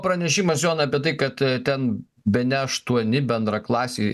pranešimas jonai apie tai kad ten bene aštuoni bendraklasiai